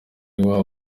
iwabo